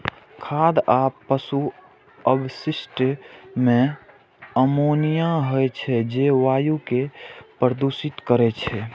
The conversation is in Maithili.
खाद आ पशु अवशिष्ट मे अमोनिया होइ छै, जे वायु कें प्रदूषित करै छै